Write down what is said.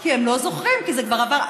כי הם לא זוכרים, כי זה כבר עבר.